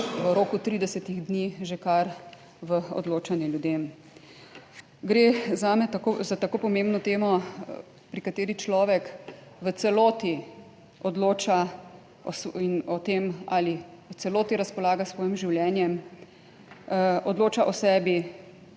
v roku 30 dni že kar v odločanje ljudem. Gre zame za tako pomembno temo, pri kateri človek v celoti odloča in o tem, ali v celoti razpolaga s svojim življenjem, odloča o sebi.